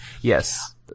Yes